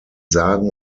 sagen